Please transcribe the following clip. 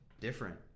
Different